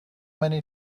many